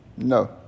No